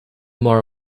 more